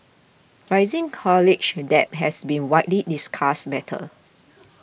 rising college and debt has been widely discussed matter